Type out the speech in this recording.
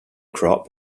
crop